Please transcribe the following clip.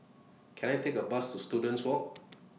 Can I Take A Bus to Students Walk